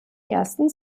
ersten